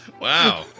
Wow